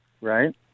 right